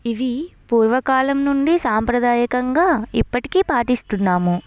ఇవి పూర్వకాలం నుండి సాంప్రదాయకంగా ఇప్పటికీ పాటిస్తున్నాము